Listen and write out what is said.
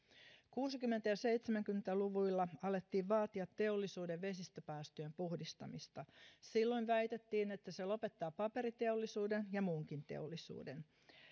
kuusikymmentä ja seitsemänkymmentä luvuilla alettiin vaatia teollisuuden vesistöpäästöjen puhdistamista silloin väitettiin että se lopettaa paperiteollisuuden ja ja muunkin teollisuuden